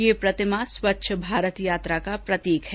यह प्रतिमा स्वच्छ भारत यात्रा का प्रतीक है